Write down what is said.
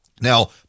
Now